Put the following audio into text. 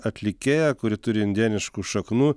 atlikėja kuri turi indėniškų šaknų